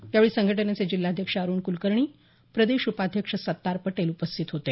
यावेळी संघटनेचे जिल्हाध्यक्ष अरुण क्लकर्णी प्रदेशउपाध्यक्ष सत्तार पटेल उपस्थित होते